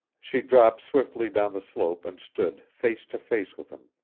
she dropped swiftly down the slope and stood face to face with him.